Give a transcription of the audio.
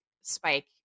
spike